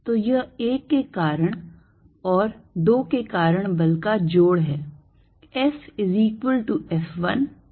तो यह 1 के कारण बल और 2 के कारण बल का जोड़ है